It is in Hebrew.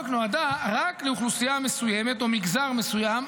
נועדה רק לאוכלוסייה מסוימת או מגזר מסוים,